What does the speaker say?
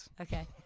okay